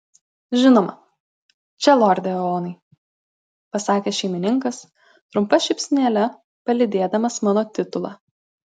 žinoma čia lorde eonai pasakė šeimininkas trumpa šypsenėle palydėdamas mano titulą